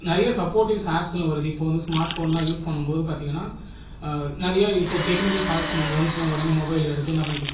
நிறைய சப்போர்டிவ்ஸ் ஆப்ஸ்னு வருது இப்போது வந்து ஸ்மார்ட்போனெல்லாம் யூஸ் பண்ணும்போது பார்த்தீங்கனா நிறைய இப்போது டெக்னிக்கல் ஃபால்ட்ஸ் நமக்கு வந்துச்சுனால் உடனே மொபைலை எடுத்து என்ன பண்ணிக்கலாம்